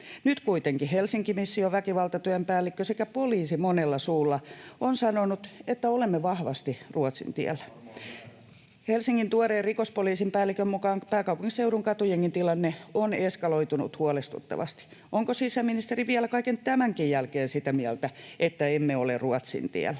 Nyt kuitenkin HelsinkiMission väkivaltatyön päällikkö sekä poliisi monella suulla ovat sanoneet, että olemme vahvasti Ruotsin tiellä. [Jussi Halla-aho: Ovat varmaan väärässä!] Helsingin rikospoliisin tuoreen päällikön mukaan pääkaupunkiseudun katujengitilanne on eskaloitunut huolestuttavasti. Onko sisäministeri vielä kaiken tämänkin jälkeen sitä mieltä, että emme ole Ruotsin tiellä?